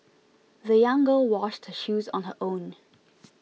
the young girl washed her shoes on her own